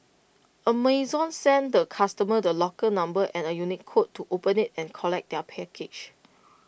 Amazon sends the customer the locker number and A unique code to open IT and collect their package